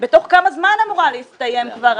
בתוך כמה זמן אמורה להסתיים כבר